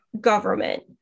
government